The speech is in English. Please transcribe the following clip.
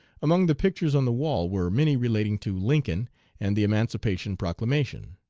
among the pictures on the wall were many relating to lincoln and the emancipation proclamation.